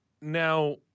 now